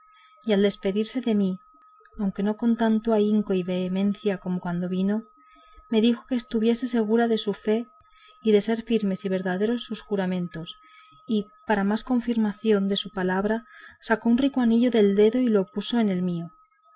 y al despedirse de mí aunque no con tanto ahínco y vehemencia como cuando vino me dijo que estuviese segura de su fe y de ser firmes y verdaderos sus juramentos y para más confirmación de su palabra sacó un rico anillo del dedo y lo puso en el mío